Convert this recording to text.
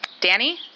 Danny